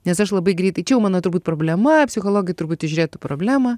nes aš labai greitai čia jau mano turbūt problema psichologai turbūt įžiūrėtų problemą